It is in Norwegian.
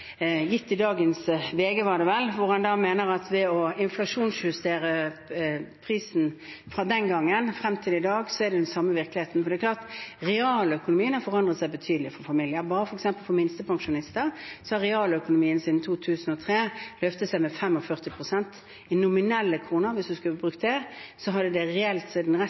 i dagens VG, var det vel, hvor han mener at ved å inflasjonsjustere prisen fra den gangen frem til i dag er det den samme virkeligheten. For det er klart at realøkonomien har forandret seg betydelig for familier. Bare for f.eks. minstepensjonister har realøkonomien siden 2003 løftet seg med 45 pst. I nominelle kroner – hvis en skulle brukt det – hadde det reelt sett